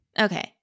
Okay